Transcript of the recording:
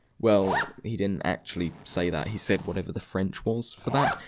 well. he didn't actually say that, he said whatever the french was for that.